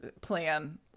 plan